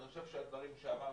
אני חושב שהדברים שאמרתי,